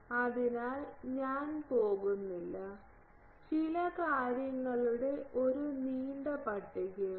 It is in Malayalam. അതിനാൽ ഞാൻ പോകുന്നില്ല ചില കാര്യങ്ങളുടെ ഒരു നീണ്ട പട്ടികയുണ്ട്